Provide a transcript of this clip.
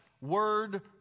word